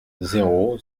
zéro